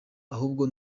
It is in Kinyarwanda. ahubwo